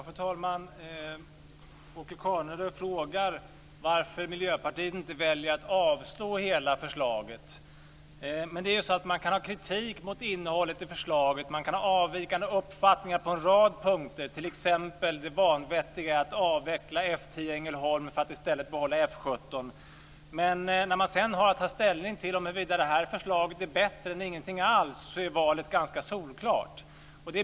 Fru talman! Åke Carnerö frågar varför Miljöpartiet inte väljer att avstå från hela förslaget. Man kan rikta kritik mot innehållet i förslaget och ha avvikande uppfattningar på en rad punkter, t.ex. det vanvettiga att avveckla F 10 i Ängelholm för att i stället behålla F 17. Men när man sedan har att ta ställning till huruvida det här förslaget är bättre än ingenting alls är valet ganska solklart.